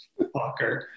Fucker